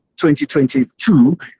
2022